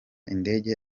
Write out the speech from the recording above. indege